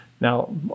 Now